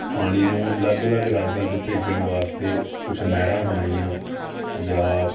ਪਾਣੀ ਨੂੰ ਅਲੱਗ ਅਲੱਗ ਰਾਜਾਂ 'ਚ ਭੇਜਣ ਵਾਸਤੇ ਕੁਛ ਨਹਿਰਾਂ ਬਣਾਈਆਂ ਜਾਂ